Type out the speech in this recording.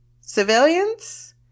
civilians